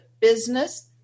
business